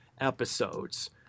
episodes